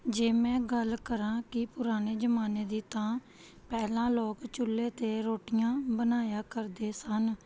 ਜੇ ਮੈਂ ਗੱਲ ਕਰਾਂ ਕਿ ਪੁਰਾਣੇ ਜ਼ਮਾਨੇ ਦੀ ਤਾਂ ਪਹਿਲਾਂ ਲੋਕ ਚੁੱਲ੍ਹੇ 'ਤੇ ਰੋਟੀਆਂ ਬਣਾਇਆ ਕਰਦੇ ਸਨ